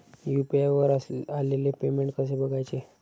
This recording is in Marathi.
यु.पी.आय वर आलेले पेमेंट कसे बघायचे?